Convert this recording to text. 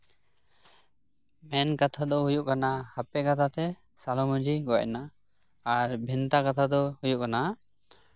ᱢᱮᱱᱠᱛᱷᱟ ᱫᱚ ᱦᱩᱭᱩᱜ ᱜᱮᱭᱟ ᱦᱟᱯᱮ ᱠᱟᱛᱷᱟᱛᱮ ᱥᱟᱞᱚ ᱢᱟᱹᱡᱷᱤᱭ ᱜᱚᱡ ᱮᱱᱟ ᱟᱨ ᱵᱷᱮᱱᱛᱟ ᱠᱟᱛᱷᱟ ᱫᱚ ᱦᱩᱭᱩᱜ ᱠᱟᱱᱟ